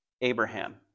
Abraham